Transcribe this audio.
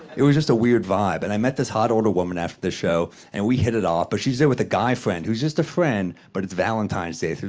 it was just a weird vibe. and i met this hot older woman after the show, and we hit it off, but she's there with a guy friend, who's just a friend, but it's valentine's day.